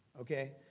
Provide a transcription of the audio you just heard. Okay